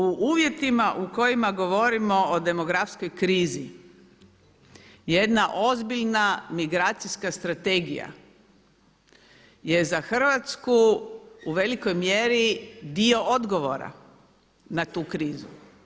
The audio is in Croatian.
U uvjetima u kojima govorimo o demografskoj krizi jedna ozbiljna migracijska strategija je za Hrvatsku u velikoj mjeri dio odgovora na tu krizu.